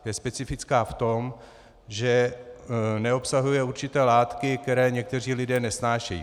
Je specifická v tom, že neobsahuje určité látky, které někteří lidé nesnášejí.